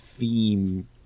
Theme